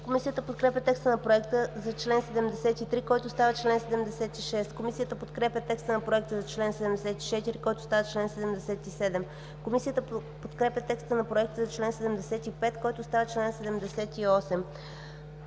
Комисията подкрепя текста на Проекта за чл. 73, който става чл. 76. Комисията подкрепя текста на Проекта за чл. 74, който става чл. 77. Комисията подкрепя текста на Проекта за чл. 75, който става чл. 78.